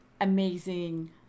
amazing